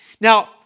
Now